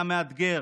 היה מאתגר,